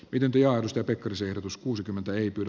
pidempi arto pekkarisen ehdotus kuusikymmentä ei pidä